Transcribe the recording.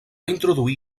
introduir